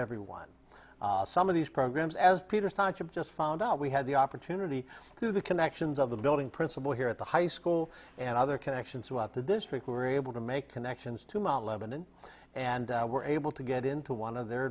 everyone some of these programs as peter sonship just found out we had the opportunity through the connections of the building principal here at the high school and other connections throughout the district were able to make connections to mount lebanon and were able to get into one of their